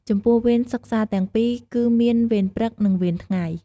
ចំពោះវេនសិក្សាទាំងពីរ គឺមានវេនព្រឹក និង វេនថ្ងៃ។